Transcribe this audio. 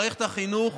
מערכת החינוך